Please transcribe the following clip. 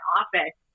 office